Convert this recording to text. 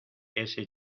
ese